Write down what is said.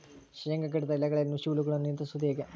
ಶೇಂಗಾ ಗಿಡದ ಎಲೆಗಳಲ್ಲಿ ನುಷಿ ಹುಳುಗಳನ್ನು ನಿಯಂತ್ರಿಸುವುದು ಹೇಗೆ?